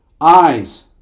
Eyes